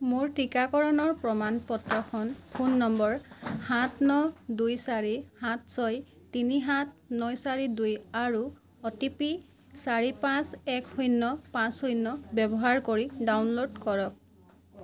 মোৰ টীকাকৰণৰ প্ৰমাণ পত্ৰখন ফোন নম্বৰ সাত ন দুই চাৰি সাত ছয় তিনি সাত ন চাৰি দুই আৰু অ'টিপি চাৰি পাঁচ এক শূন্য পাঁচ শূন্য ব্যৱহাৰ কৰি ডাউনলোড কৰক